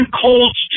colds